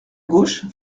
gauche